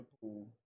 pool